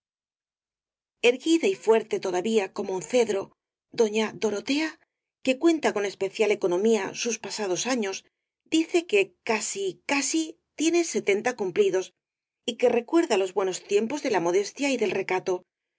erguida y fuerte todavía como un cedro doña dorotea que cuenta con especial economía sus pasados años dice que casi casi tiene sesenta cumplidos y que recuerda los buenos tiempos de la modestia y del recato